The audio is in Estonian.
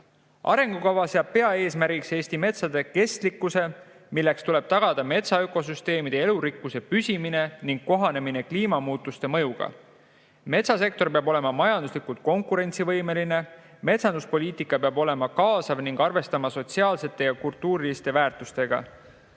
Arengukava seab peaeesmärgiks Eesti metsade kestlikkuse, milleks tuleb tagada metsaökosüsteemide ja elurikkuse püsimine ning kohanemine kliimamuutuste mõjuga. Metsasektor peab olema majanduslikult konkurentsivõimeline, metsanduspoliitika peab olema kaasav ning see peab arvestama sotsiaalsete ja kultuuriliste väärtustega.